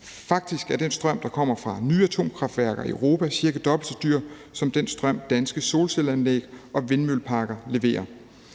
Faktisk er den strøm, der kommer fra nye atomkraftværker i Europa, cirka dobbelt så dyr som den strøm, danske solcelleanlæg og vindmølleparker leverer.